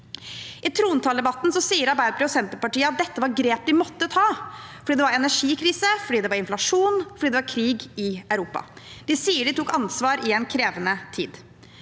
I trontaledebatten sier Arbeiderpartiet og Senterpartiet at dette var grep de måtte ta fordi det var ener gikrise, fordi det var inflasjon, og fordi det var krig i Europa. De sier de tok ansvar i en krevende tid.